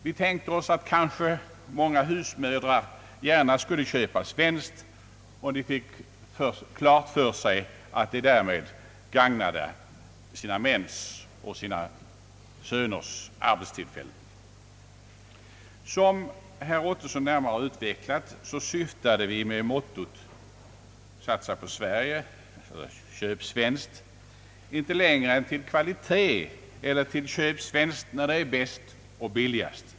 Vi tänkte oss att många husmödrar gärna skulle köpa svenskt om de fick klart för sig att de därmed gagnade sina mäns och sina söners arbetstillfällen. Som herr Ottosson närmare utvecklat, syftade vi med mottot »Satsa på Sverige» eller »Köp svenskt» inte längre än till kvalitet och till att vi bör köpa svenskt när det är bäst och billigast.